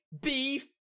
beef